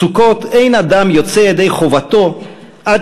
בסוכות אין אדם יוצא ידי חובתו עד